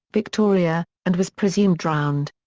victoria, and was presumed drowned.